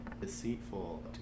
deceitful